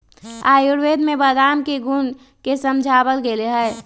आयुर्वेद में बादाम के गुण के समझावल गैले है